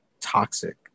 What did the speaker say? toxic